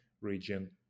region